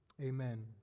Amen